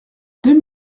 deux